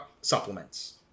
supplements